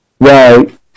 Right